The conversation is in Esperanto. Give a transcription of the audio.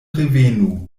revenu